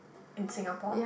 in Singapore